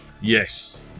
Yes